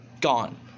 gone